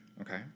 okay